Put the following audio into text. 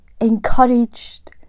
encouraged